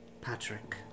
Patrick